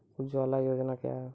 उजाला योजना क्या हैं?